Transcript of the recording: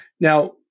Now